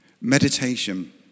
Meditation